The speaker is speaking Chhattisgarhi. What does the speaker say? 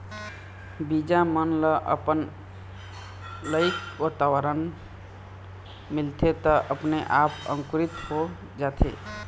बीजा मन ल अपन लइक वातावरन मिलथे त अपने आप अंकुरित हो जाथे